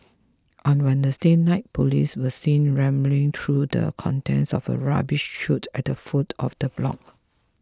on Wednesday night police were seen rummaging through the contents of a rubbish chute at the foot of the block